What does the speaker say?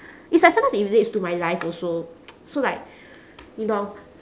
it's like sometimes it relates to my life also so like you know